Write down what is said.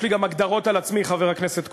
יש לי גם הגדרות על עצמי, חבר הכנסת כהן.